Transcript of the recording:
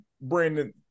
Brandon